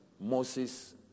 Moses